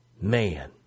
Man